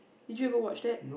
did you ever watch that